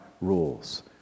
rules